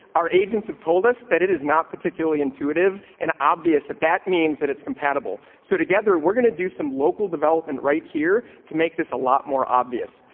our agents have told us that it is not particularly intuitive and obvious that that means that it's compatible. so together we're gonna do some local development right here to make this a lot more obvious.